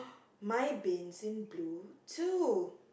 my bin's in blue too